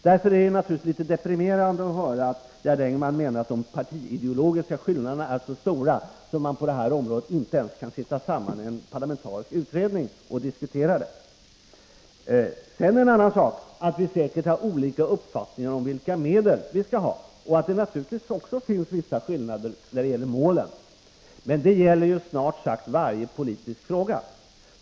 Därför är det naturligtvis litet deprimerande att höra att Gerd Engman menar att de partiideologiska skillnaderna är så stora att man på detta område inte ens kan sitta samman i en parlamentarisk utredning och diskutera frågorna. En annan sak är att vi säkert har olika uppfattningar om vilka medel vi skall använda oss av och att det naturligtvis också finns vissa skillnader när det gäller målen. Men det gäller snart sagt varje politisk fråga.